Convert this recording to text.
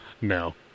No